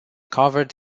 covered